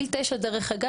דרך אגב,